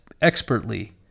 expertly